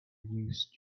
used